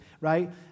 right